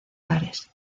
pares